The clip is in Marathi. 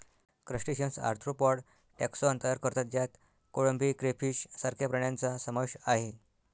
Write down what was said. क्रस्टेशियन्स आर्थ्रोपॉड टॅक्सॉन तयार करतात ज्यात कोळंबी, क्रेफिश सारख्या प्राण्यांचा समावेश आहे